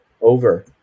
Over